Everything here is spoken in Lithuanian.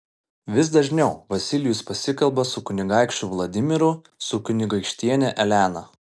vis dažniau vasilijus pasikalba su kunigaikščiu vladimiru su kunigaikštiene elena